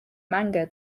manga